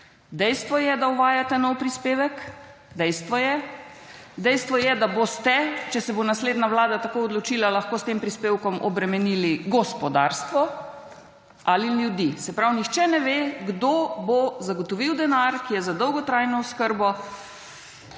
Dejstvo je, da uvajate nov prispevek, dejstvo je. Dejstvo je, da boste, če se bo naslednja Vlada tako odločila, lahko s tem prispevkom obremenili gospodarstvo ali ljudi. Se pravi, nihče ne ve kdo bo zagotovil denar, ki je za dolgotrajno oskrbo,